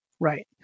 Right